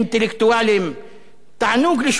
תענוג לשמוע גם כשאתה לא מסכים,